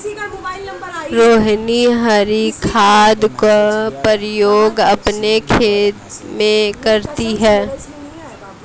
रोहिनी हरी खाद का प्रयोग अपने खेत में करती है